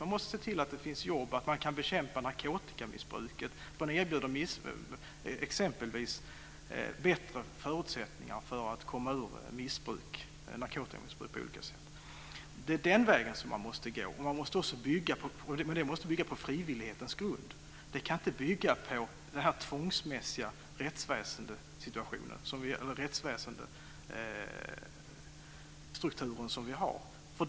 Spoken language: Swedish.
Man måste se till att det finns jobb, man kan bekämpa narkotikamissbruk och erbjuda bättre förutsättningar för att komma ur missbruket. Detta måste bygga på frivillighetens grund, inte på en tvångsmässig rättsstruktur.